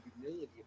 humility